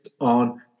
on